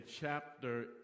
chapter